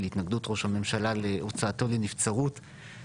התנגדות ראש הממשלה להוצאתו לנבצרות,